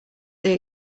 they